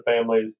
families